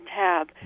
tab